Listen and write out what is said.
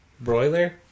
broiler